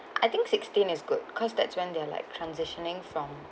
I think sixteen is good because that's when they are like transitioning from